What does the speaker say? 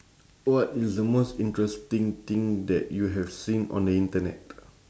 what is the most interesting thing that you have seen on the internet